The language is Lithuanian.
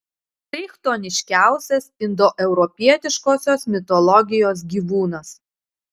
tai chtoniškiausias indoeuropietiškosios mitologijos gyvūnas